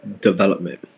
development